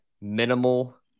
minimal